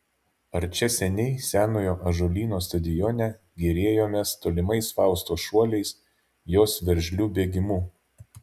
ar čia seniai senojo ąžuolyno stadione gėrėjomės tolimais faustos šuoliais jos veržliu bėgimu